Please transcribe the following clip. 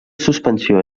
suspensió